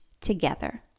together